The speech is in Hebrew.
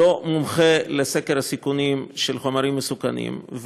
לא מומחה לסקר הסיכונים של חומרים מסוכנים,